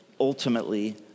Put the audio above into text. ultimately